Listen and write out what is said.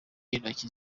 y’intoki